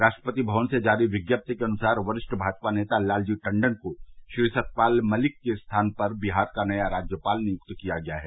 राष्ट्रपति भवन से जारी विज्ञप्ति के अनुसार वरिष्ठ भाजपा नेता लालजी टंडन को श्री सत्यपाल मलिक के स्थान पर बिहार का नया राज्यपाल नियुक्त किया गया है